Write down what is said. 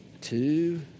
two